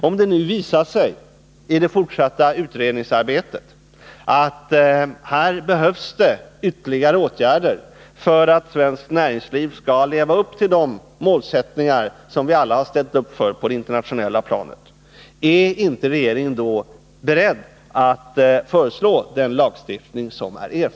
Om det i det fortsatta utredningsarbetet visar sig att det behövs ytterligare åtgärder för att svenskt näringsliv skall leva upp till de målsättningar på det internationella planet som vi har ställt oss bakom, är då regeringen beredd att föreslå erforderlig lagstiftning?